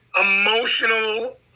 emotional